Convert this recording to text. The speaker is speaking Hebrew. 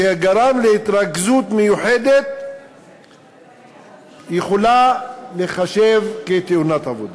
שגרם להתרגזות מיוחדת יכולה להיחשב כתאונת עבודה,